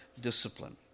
discipline